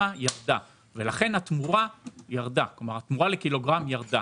בחודשים הללו ירדה ולכן התמורה לקילוגרם ירדה.